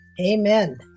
Amen